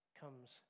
comes